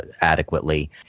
adequately